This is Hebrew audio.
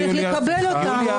צריך לקבל אותן.